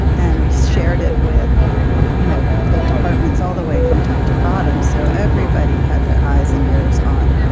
and we shared it with you know the departments all the way from top to bottom so everybody had their eyes and ears on.